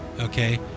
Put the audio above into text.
okay